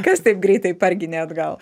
kas taip greitai parginė atgal